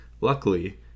Luckily